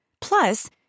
Plus